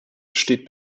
steht